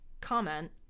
Comment